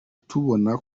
tubona